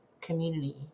community